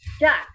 Jack